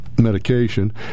medication